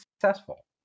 successful